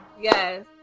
Yes